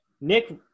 Nick